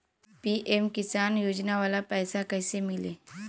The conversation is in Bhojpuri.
पी.एम किसान योजना वाला पैसा कईसे मिली?